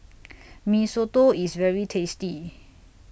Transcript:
Mee Soto IS very tasty